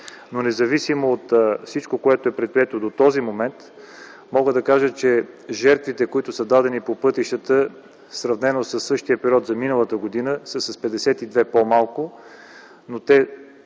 Независимо от всичко предприето до този момент, мога да кажа, че жертвите, дадени по пътищата, сравнено със същия период на миналата година, са с 52 по-малко, но те